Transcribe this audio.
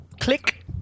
click